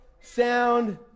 sound